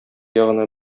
ягына